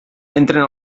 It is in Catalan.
entren